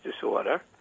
disorder